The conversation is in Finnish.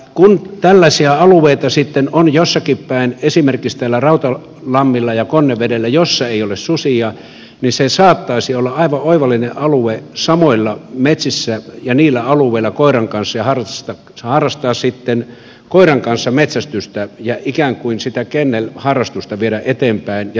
kun tällaisia alueita sitten on jossakin päin esimerkiksi täällä rautalammilla ja konnevedellä missä ei ole susia niin se saattaisi olla aivan oivallinen alue samoilla metsissä ja niillä alueilla koiran kanssa ja harrastaa sitten koiran kanssa metsästystä ja ikään kuin sitä kennelharrastusta viedä eteenpäin ja jalostustoimintaa